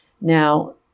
Now